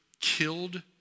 killed